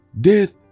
death